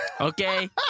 Okay